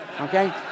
okay